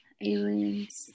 aliens